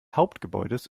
hauptgebäudes